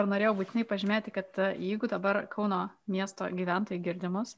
ir norėjau būtinai pažymėti kad jeigu dabar kauno miesto gyventojai girdi mus